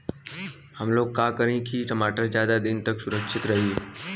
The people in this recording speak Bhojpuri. हमलोग का करी की टमाटर ज्यादा दिन तक सुरक्षित रही?